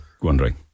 wondering